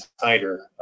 tighter